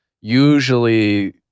usually